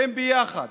הם ביחד.